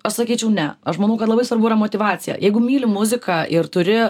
aš sakyčiau ne aš manau kad labai svarbu yra motyvacija jeigu myli muziką ir turi